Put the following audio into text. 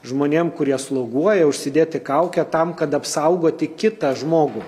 žmonėm kurie sloguoja užsidėti kaukę tam kad apsaugoti kitą žmogų